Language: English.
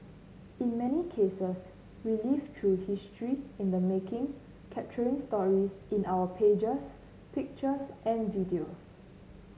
in many cases we live through history in the making capturing stories in our pages pictures and videos